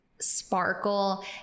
sparkle